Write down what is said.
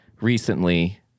recently